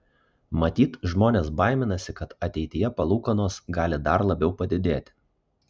matyt žmonės baiminasi kad ateityje palūkanos gali dar labiau padidėti